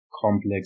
complex